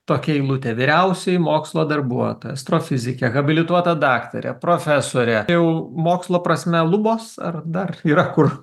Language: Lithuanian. tokia eilutė vyriausioji mokslo darbuotoja astrofizikė habilituota daktarė profesorė jau mokslo prasme lubos ar dar yra kur